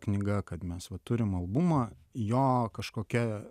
knyga kad mes va turim albumą jo kažkokia